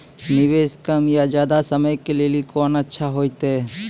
निवेश कम या ज्यादा समय के लेली कोंन अच्छा होइतै?